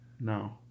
No